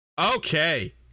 okay